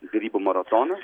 derybų maratoną